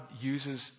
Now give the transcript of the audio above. uses